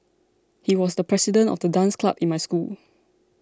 he was the president of the dance club in my school